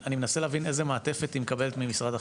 ואני מנסה להבין איזו מעטפת היא מקבלת ממשרד החינוך,